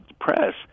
press